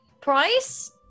price